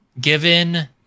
given